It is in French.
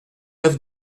neuf